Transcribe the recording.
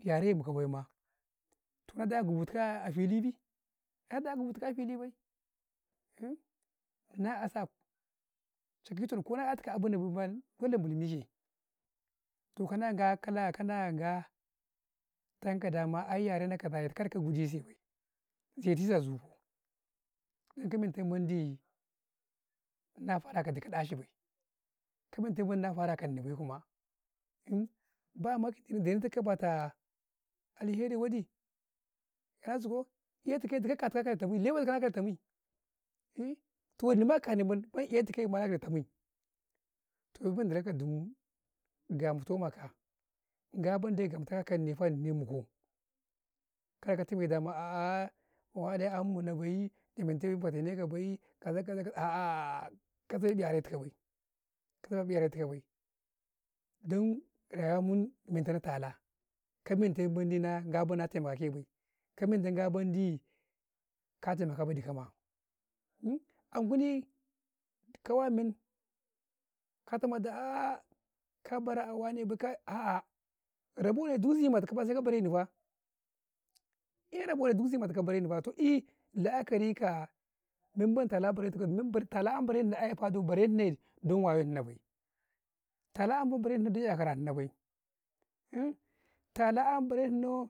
﻿yare muka bay ma, toh kadaya ka ban kwatiya a fili bi, an ban kwantika afili bii na asa cari caku kona ya tuku obu bay ma, kuma dai bulmu ke, toh kana kala- kalanga, tan ka daama ayy yarena ka kaza bee kar ka guji sai bay, zai ti sai a zoo dan ka mendi nafara ka dikaa ɗaci bay kuma, ka men tai mai mai fara ka Nni bay kuma, ba mamaki dayan tikau alheri wadi yaci koh, dikau katikau ka tami lewe tukai, ka tami to Nnima ka inni, bay eh tukama na tami toh ban d ka dumuu, gamatonau ma ka, ga ben dai ka mukwaya, kan ne yaa, mukuu, kar katame da gaa mo ayaa, muna bay na mantau eeh fate, ne kuwa bayy, kaza-kazaa a;aah kazebi yaretuku bay, ka za ნi yare tuka bay, dan rayuwa munn men taka tala, ka men tau men mendi na taimakake bay, ka mentau mendi ka taimaka ke bay dika maa an kuni kawa men ka tama da ahh ka fara a wane bay, ka a'a, raboya du zimati kau sai ka bare Nnifa ee rabo yaa di zimatukau sai ka bare Nnifa, toh ee laakari ah men bai tala bari tuko yaa men bai, tala yan bare Nnau, bare Nnau aye fa, do bare Nna ye dan wa yau Nna bay, tala yan bare Nni kau dan yakara Nna bay, tala yan bare Nnauu.